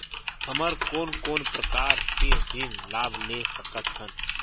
हमन कोन कोन प्रकार के ऋण लाभ ले सकत हन?